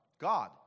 God